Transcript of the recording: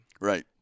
Right